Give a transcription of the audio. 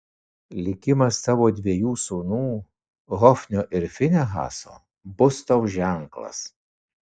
likimas tavo dviejų sūnų hofnio ir finehaso bus tau ženklas